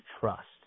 trust